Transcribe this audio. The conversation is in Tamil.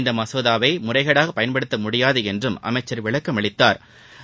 இந்த மசோதாவை முறைகேடாக பயன்படுத்த முடியாது என்றும் அமைச்ச் விளக்கம் அளித்தாா்